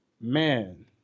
Man